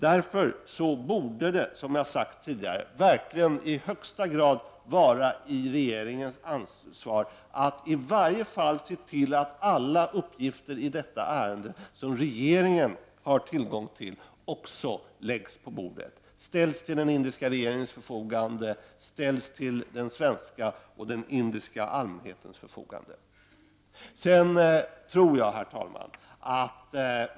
Därför borde det verkligen, som jag tidigare har sagt, i högsta grad vara ett ansvar för regeringen att i varje fall se till att alla uppgifter i detta ärende som regeringen har tillgång till läggs på bordet, att dessa uppgifter ställs till såväl den indiska regeringens som den svenska och indiska allmänhetens förfogande. Herr talman!